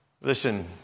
Listen